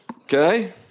okay